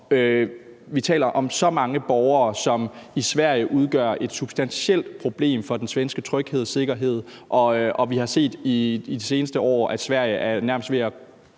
Vi taler om så mange borgere, som i Sverige udgør et substantielt problem for den svenske tryghed og sikkerhed, og vi har set i de seneste år, at Sverige nærmest er ved at